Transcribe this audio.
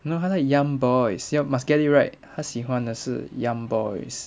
他 like young boys 要 must get it right 他喜欢的是 young boys